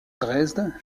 dresde